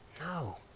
No